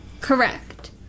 Correct